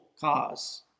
cause